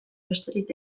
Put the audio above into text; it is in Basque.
besterik